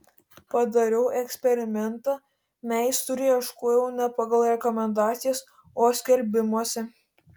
padariau eksperimentą meistrų ieškojau ne pagal rekomendacijas o skelbimuose